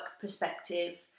perspective